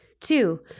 Two